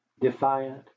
defiant